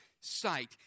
sight